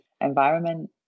environment